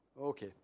Okay